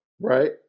right